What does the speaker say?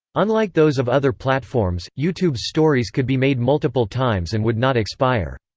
unlike those of other platforms, youtube's stories could be made multiple times and would not expire.